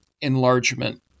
enlargement